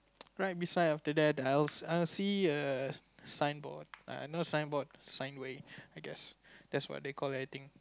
right beside after that else I'll see a signboard I know signboard sign ways I guess that's what they call it I think